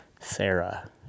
Sarah